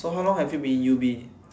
so how long have you been in U_B